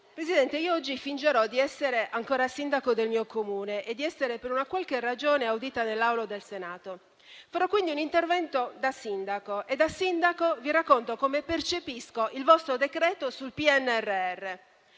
del Governo, oggi fingerò di essere ancora sindaco del mio Comune e di essere per una qualche ragione audita nell'Aula del Senato; farò quindi un intervento da sindaco raccontandovi come percepisco il vostro decreto-legge sul PNRR.